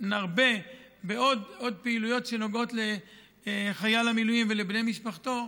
ונרבה בעוד פעילויות שנוגעות לחייל המילואים ולבני משפחתו,